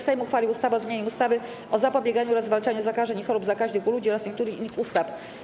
Sejm uchwalił ustawę o zmianie ustawy o zapobieganiu oraz zwalczaniu zakażeń i chorób zakaźnych u ludzi oraz niektórych innych ustaw.